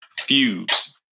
fuse